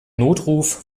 notruf